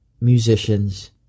musicians